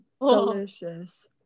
delicious